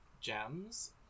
gems